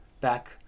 back